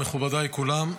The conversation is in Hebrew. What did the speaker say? מכובדיי כולם,